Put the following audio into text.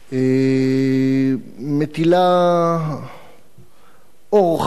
מטילה אור חדש,